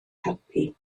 helpu